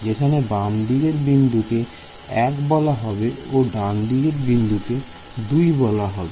যেখানে বামদিকের বিন্দুকে 1 বলা হবে ও ডানদিকের কে 2 বলা হবে